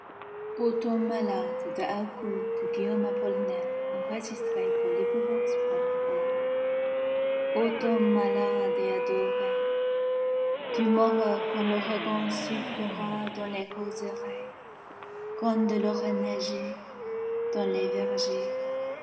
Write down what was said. et adoré tu mourras quand l'ouragan soufflera dans les roseraies quand il aura neigé dans les vergers